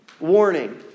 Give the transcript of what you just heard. Warning